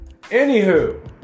Anywho